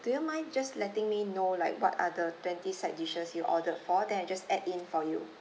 do you mind just letting me know like what are the twenty side dishes you ordered for then I just add in for you